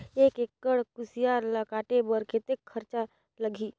एक एकड़ कुसियार ल काटे बर कतेक खरचा लगही?